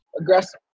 aggressive